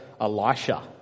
Elisha